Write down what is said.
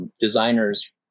Designers